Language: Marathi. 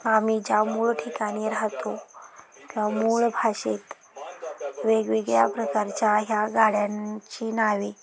आम्ही ज्या मूळ ठिकाणी राहतो किंवा मूळ भाषेत वेगवेगळ्या प्रकारच्या ह्या गाड्यांची नावे